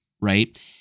Right